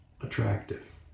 attractive